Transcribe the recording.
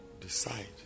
decide